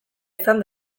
izan